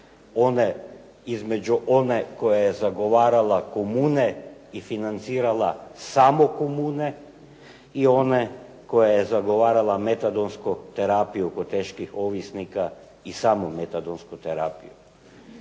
je između one koja je zagovarala komune i financirala samo komune i one koja je zagovarala metadonsku terapiju kod teških ovisnika i samo metadonsku terapiju.